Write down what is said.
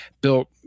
built